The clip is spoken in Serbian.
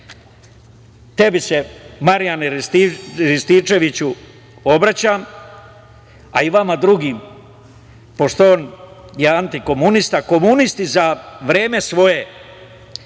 se Marijane Rističeviću obraćam, a i vama drugim, pošto je on antikomunista, komunisti za vreme svoje